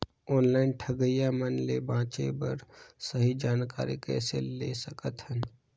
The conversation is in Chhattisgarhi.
ऑनलाइन ठगईया मन ले बांचें बर सही जानकारी कइसे ले सकत हन?